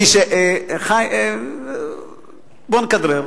בוא נכדרר.